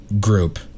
group